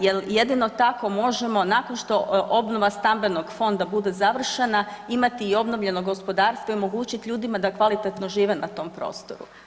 Jer jedino tako možemo nakon što obnova stambenog fonda bude završena imati i obnovljeno gospodarstvo i omogućiti ljudima da kvalitetno žive na tom prostoru.